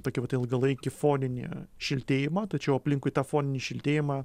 tokį vat ilgalaikį foninį šiltėjimą tačiau aplinkui tą foninį šiltėjimą